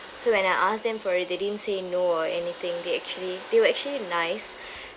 so when I asked them for it they didn't say no or anything they actually they were actually nice